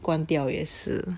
关掉也是